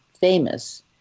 famous